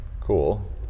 cool